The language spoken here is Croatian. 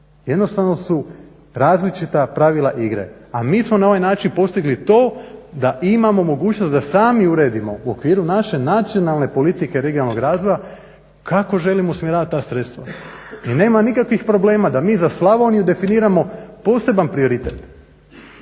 Jednostavno su različita pravila igre, a mi smo na ovaj način postigli to da imamo mogućnost da sami uredimo u okviru naše nacionalne politike regionalnog razvoja kako želimo usmjeravati ta sredstva. I nema nikakvih problema da mi za Slavoniju definiramo poseban prioritet